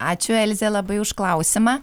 ačiū elze labai už klausimą